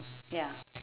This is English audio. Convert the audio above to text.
ya